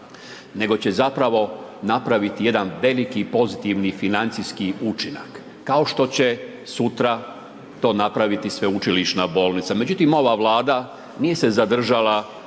nego će zapravo napraviti jedan veliki pozitivni financijski učinak. Kao što će sutra to napraviti sveučilišna bolnica. Međutim, ova Vlada nije se zadržala